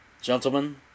Gentlemen